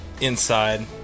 inside